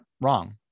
wrong